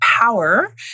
power